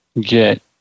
get